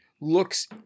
looks